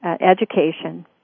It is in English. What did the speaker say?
education